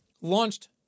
launched